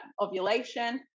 ovulation